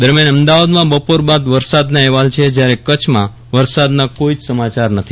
દરમ્યાન અમદાવાદમાં બપોર બાદ વરસાદના અહેવાલ છે જયારે કચ્છમાં વરસાદના કોઈ જ સ માચાર નથી